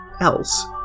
else